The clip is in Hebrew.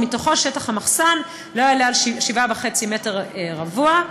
ומתוכו שטח המחסן לא יעלה על 7.5 מטרים רבועים.